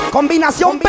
Combinación